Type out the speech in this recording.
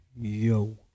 Yo